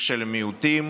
ושל מיעוטים